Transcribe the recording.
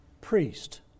priest